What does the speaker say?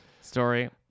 story